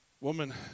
woman